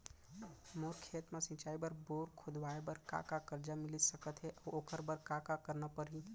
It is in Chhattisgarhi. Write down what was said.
मोर खेत म सिंचाई बर बोर खोदवाये बर का का करजा मिलिस सकत हे अऊ ओखर बर का का करना परही?